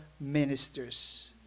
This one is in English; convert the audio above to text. ministers